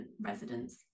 residents